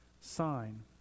sign